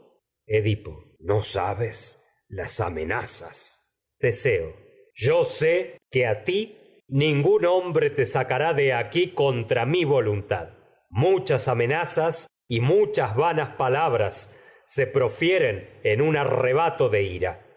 no no teme sabes mi las corazón edipo amenazas teseo yo sé que a ti ningún hombre te sacará de amenazas y aquí contra vanas mi voluntad muchas se muchas pero palabras profieren en su un arrebato de ira